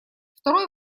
второй